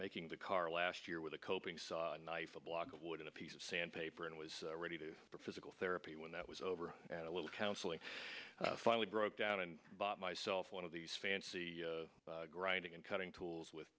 making the car last year with a coping saw knife a block of wood and a piece of sandpaper and was ready for physical therapy when that was over and a little counseling finally broke down and bought myself one of these fancy grinding and cutting tools with